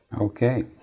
Okay